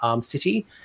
city